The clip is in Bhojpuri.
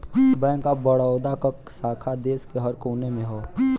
बैंक ऑफ बड़ौदा क शाखा देश के हर कोने में हौ